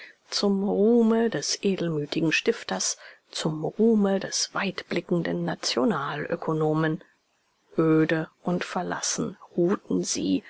zum ruhme des edelmütigen stifters zum ruhme des weitblickenden nationalökonomen öde und verlassen ruhten sie